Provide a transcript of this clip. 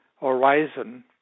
horizon